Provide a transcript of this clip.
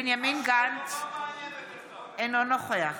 בנימין גנץ, אינו נוכח